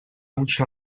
лучше